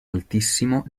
altissimo